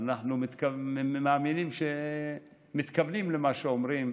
ואנחנו מאמינים שמתכוונים למה שאומרים,